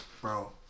bro